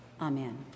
Amen